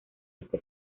este